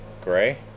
gray